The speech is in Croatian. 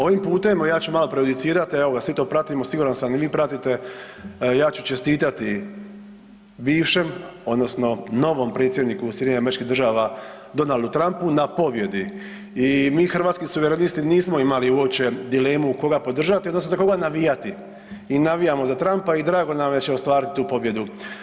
Ovim putem ja ću malo prejudicirati evo ga svi to pratimo, siguran sam i vi pratite, ja ću čestitati bivšem odnosno novom predsjedniku SAD-a Donaldu Trump na pobjedi i mi Hrvatski suverenisti nismo imali uopće dilemu koga podržati odnosno za koga navijati i navijamo za Trumpa i drago nam je da će ostvariti tu pobjedu.